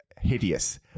hideous